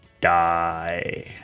die